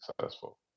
successful